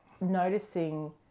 noticing